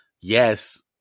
Yes